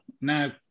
Now